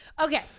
Okay